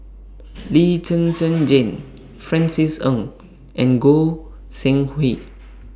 Lee Zhen Zhen Jane Francis Ng and Goi Seng Hui